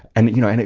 and you know, and